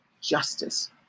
justice